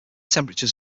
temperatures